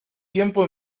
tiempo